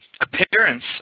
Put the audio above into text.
appearance